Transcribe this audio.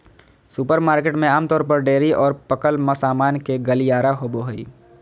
supermarket में आमतौर पर डेयरी और पकल सामान के गलियारा होबो हइ